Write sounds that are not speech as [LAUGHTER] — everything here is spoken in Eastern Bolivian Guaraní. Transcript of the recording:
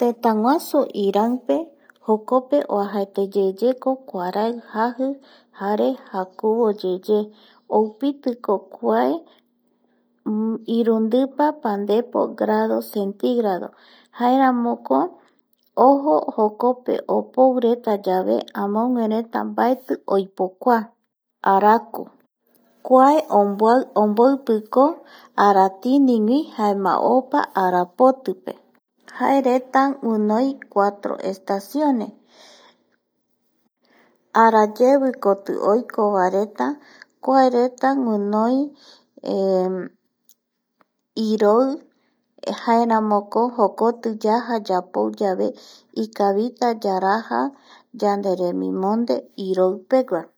Tëtäguasu Iranpe jokope oajaeteyeko kuarai jaji jare jakuyeye oupitiko kuae. irundipa pandepo grado centígrado jaeramoko ojo jokope opoureta mbaeti oipokua araku, kua [HESITATION] omboipiko aratiigui jaema opa arapotipe jaereta guinoi cuatro estaciones arayevikoti oiko vaera reta kuae retaguinoi [HESITATION] iroi jaeramoko jokoti yaja yapou yave ikavita yaraja yanderemimonde iroipegua